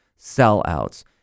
sellouts